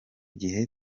gihe